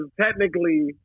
technically